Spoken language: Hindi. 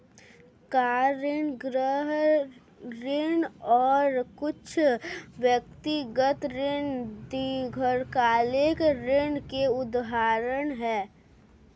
कार ऋण, गृह ऋण और कुछ व्यक्तिगत ऋण दीर्घकालिक ऋण के उदाहरण हैं